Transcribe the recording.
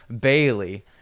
Bailey